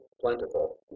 plentiful